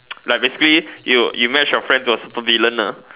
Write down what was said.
like basically you you match your friend to a super villain